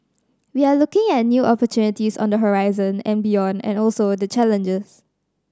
we are looking at new opportunities on the horizon and beyond and also the challenges